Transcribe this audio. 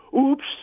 Oops